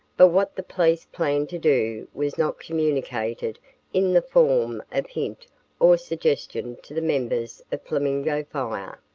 but what the police planned to do was not communicated in the form of hint or suggestion to the members of flamingo fire.